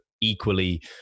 equally